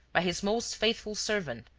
by his most faithful servant,